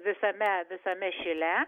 visame visame šile